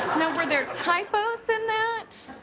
were there typos in that?